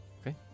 Okay